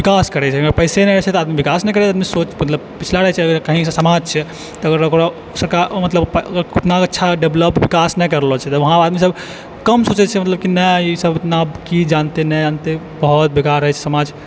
विकास करै छै जेकरा पास पैसे नहि छै तऽ आदमी विकास नहि करय आदमी सोच मतलब पिछला रहै छै कहीं सऽ समाज छै तकर बाद ओकरा सब कऽ मतलब ओतना अच्छा डेवलप विकास नहि करलो छै जब वहां आदमी सब कम सोचै छै ई सब कि नहि की जानतै नहि आनतै बहुत बेकार अछि समाज